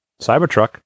Cybertruck